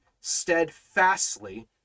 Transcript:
steadfastly